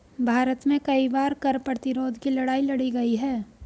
भारत में कई बार कर प्रतिरोध की लड़ाई लड़ी गई है